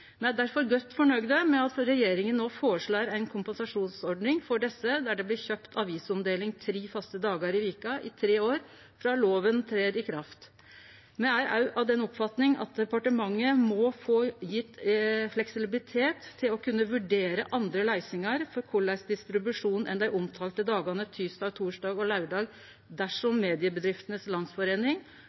Me er difor godt fornøgde med at regjeringa no føreslår ei kompensasjonsordning for desse, der det blir kjøpt avisomdeling tre faste dagar i veka i tre år frå loven trer i kraft. Me meiner òg at departementet må få fleksibilitet til å kunne vurdere andre løysingar for korleis distribusjonen skjer, enn omdeling dei omtalte dagane, tysdag, torsdag og laurdag – dersom Mediebedriftenes Landsforening